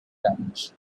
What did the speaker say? damage